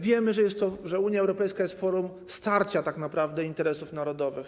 Wiemy, że Unia Europejska jest forum starcia tak naprawdę interesów narodowych.